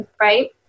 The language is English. Right